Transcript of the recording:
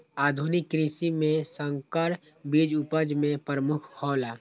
आधुनिक कृषि में संकर बीज उपज में प्रमुख हौला